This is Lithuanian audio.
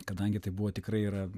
kadangi tai buvo tikrai yra